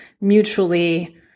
mutually